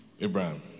Abraham